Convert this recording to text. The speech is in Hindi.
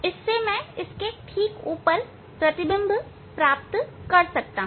ताकि मैं इसके ठीक ऊपर प्रतिबिंब प्राप्त कर सकूं